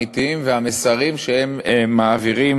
נוכח הצרכים האמיתיים והמסרים שהם מעבירים